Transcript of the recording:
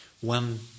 one